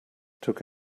took